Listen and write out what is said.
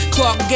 Clark